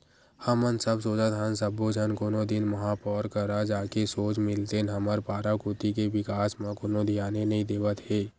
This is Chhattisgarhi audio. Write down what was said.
हमन सब सोचत हन सब्बो झन कोनो दिन महापौर करा जाके सोझ मिलतेन हमर पारा कोती के बिकास म कोनो धियाने नइ देवत हे